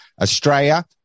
Australia